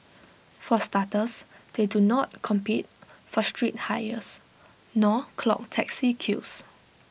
for starters they do not compete for street hires nor clog taxi queues